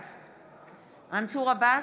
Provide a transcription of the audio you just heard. בעד מנסור עבאס,